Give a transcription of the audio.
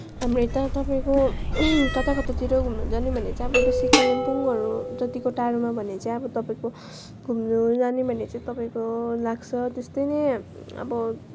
हाम्रो यता तपाईँको कता कतातिर घुम्नु जाने भने चाहिँ अब बेसी कालिम्पोङहरू जतिको टाढोमा भने चाहिँ अब तपाईँको घुम्नु जानु भने चाहिँ तपाईँको लाग्छ त्यस्तै नै अब